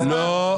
אז מה?